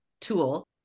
tool